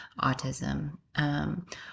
autism